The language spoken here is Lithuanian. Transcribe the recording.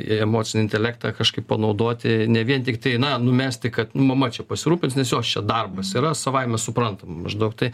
emocinį intelektą kažkaip panaudoti ne vien tiktai na numesti kad mama čia pasirūpins nes jos čia darbas yra savaime suprantama maždaug tai